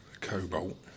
Cobalt